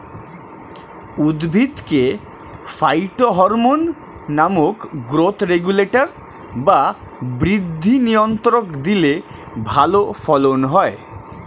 উদ্ভিদকে ফাইটোহরমোন নামক growth regulator বা বৃদ্ধি নিয়ন্ত্রক দিলে ভালো ফলন হয়